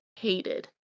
Hated